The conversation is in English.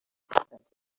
happened